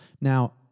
Now